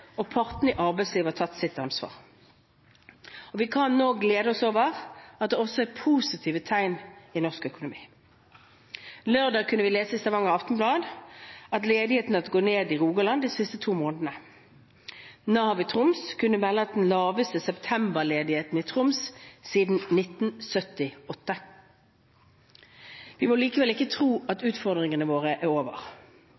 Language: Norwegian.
og partene i arbeidslivet har tatt sitt ansvar. Vi kan nå glede oss over at det også er positive tegn i norsk økonomi. Lørdag kunne vi lese i Stavanger Aftenblad at ledigheten har gått ned i Rogaland de siste to månedene. Nav i Troms kunne melde om den laveste septemberledigheten i Troms siden 1978. Vi må likevel ikke tro at